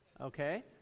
okay